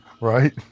Right